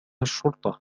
الشرطة